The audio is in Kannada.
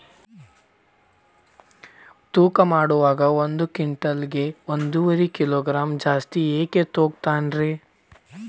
ತೂಕಮಾಡುವಾಗ ಒಂದು ಕ್ವಿಂಟಾಲ್ ಗೆ ಒಂದುವರಿ ಕಿಲೋಗ್ರಾಂ ಜಾಸ್ತಿ ಯಾಕ ತೂಗ್ತಾನ ರೇ?